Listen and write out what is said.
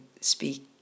speak